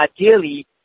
ideally